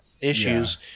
issues